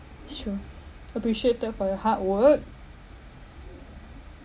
it's true appreciated for your hard work